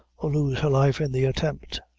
or lose her life in the attempt.